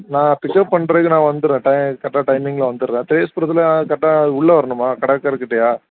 நான் பிக்கப் பண்ணுறதுக்கு நான் வந்துடுறேன் ட கரெக்டாக டைமிங்கில் வந்துடுறேன் புரத்துல கரெக்டாக அது உள்ளே வரணுமா கடற்கரைக்கிட்டேயா